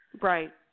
Right